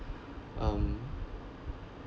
um